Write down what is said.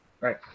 Right